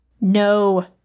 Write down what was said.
No